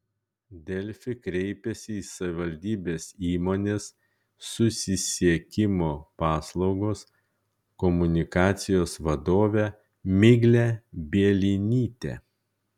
delfi kreipėsi į savivaldybės įmonės susisiekimo paslaugos komunikacijos vadovę miglę bielinytę